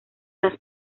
las